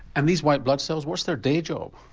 and these white blood cells, what's their day job?